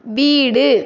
வீடு